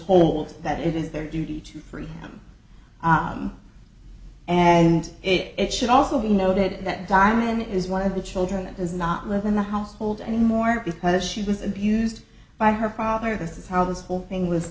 told that it is their duty to free them and it should also be noted that diamon is one of the children that does not live in the household anymore because she was abused by her father this is how this whole thing w